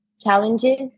challenges